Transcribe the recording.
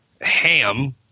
ham